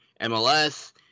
MLS